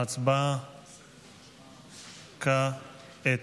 ההצבעה כעת.